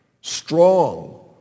strong